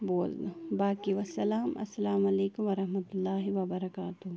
بولنہٕ باقی وسلام السلام علیکُم ورحمتُہ اللہ وَبَرکاتہوٗ